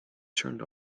turned